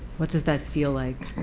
what does that feel like?